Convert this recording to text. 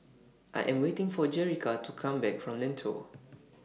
I Am waiting For Jerrica to Come Back from Lentor